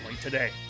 today